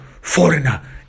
foreigner